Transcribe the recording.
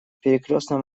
перекрёстном